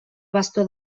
bastó